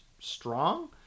strong